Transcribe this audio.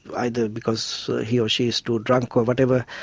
either because he or she is too drunk or whatever,